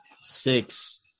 six